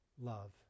love